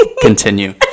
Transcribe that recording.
continue